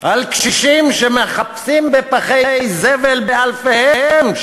על קשישים שמחפשים בפחי זבל באלפיהם.